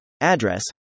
address